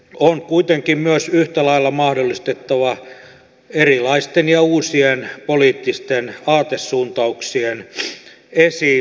on kuitenkin yhtä lailla myös mahdollistettava erilaisten ja uusien poliittisten aatesuuntauksien esiinmarssi